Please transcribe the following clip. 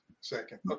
second